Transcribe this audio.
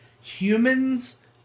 humans